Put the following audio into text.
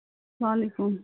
وعلیکُم